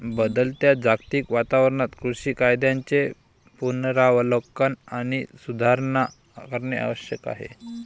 बदलत्या जागतिक वातावरणात कृषी कायद्यांचे पुनरावलोकन आणि सुधारणा करणे आवश्यक आहे